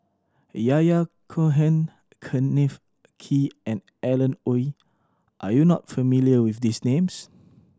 Yahya Cohen Kenneth Kee and Alan Oei are you not familiar with these names